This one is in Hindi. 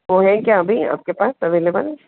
वो हैं क्या अभी आपके पास अवेलेबल